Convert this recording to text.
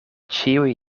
ĉiuj